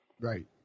Right